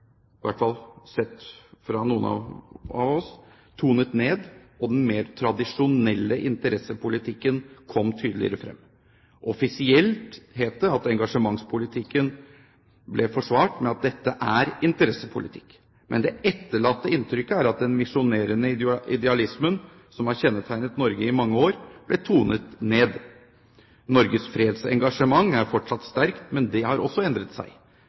sett fra ståstedet til noen av oss, tonet ned, og den mer tradisjonelle interessepolitikken kom tydeligere frem. Offisielt het det at engasjementspolitikken ble forsvart med at dette er interessepolitikk. Men det etterlatte inntrykket er at den misjonerende idealismen som har kjennetegnet Norge i mange år, ble tonet ned. Norges fredsengasjement er fortsatt sterkt, men det har også endret seg.